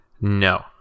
No